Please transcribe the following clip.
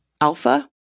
alpha